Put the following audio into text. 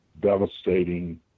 devastating